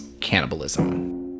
cannibalism